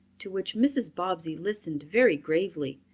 to which mrs. bobbsey listened very gravely.